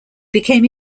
became